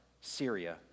Syria